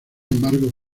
embargo